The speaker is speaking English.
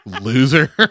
Loser